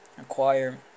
acquire